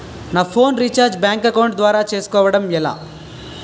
నా phone recharge bank account ద్వారా చేసుకోవటం ఎలా?